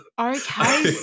Okay